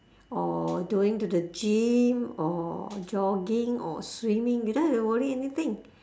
or going to the gym or jogging or swimming you don't have to worry anything